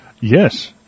Yes